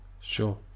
Sure